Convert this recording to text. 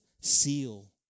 seal